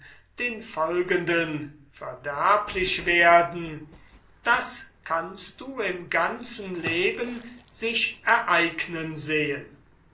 den folgenden verderblich werden das kannst du im ganzen leben sich ereignen sehen